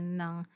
ng